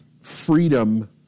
freedom